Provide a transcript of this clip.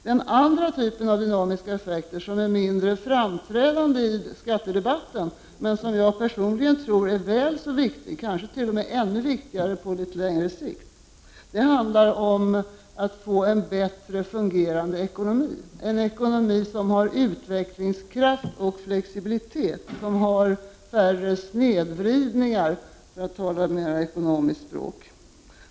Den andra typen, som är mindre framträdande i skattedebatten men som jag personligen tror är väl så viktig, kanske t.o.m. ännu viktigare på litet längre sikt, handlar om att få en bättre fungerande ekonomi — en ekonomi som har utvecklingskraft och flexibilitet, som har färre snedvridningar, för att tala mer ekonomiskt språk.